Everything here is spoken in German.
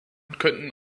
könnten